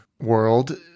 world